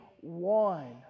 one